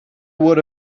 would